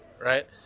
right